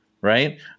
right